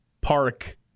park